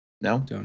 no